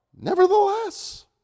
nevertheless